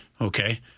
Okay